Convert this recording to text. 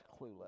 clueless